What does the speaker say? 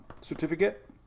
certificate